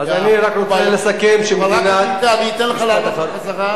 אני רק בא לסכם, אני אתן לך לעלות בחזרה.